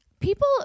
People